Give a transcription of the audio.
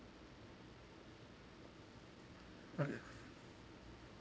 okay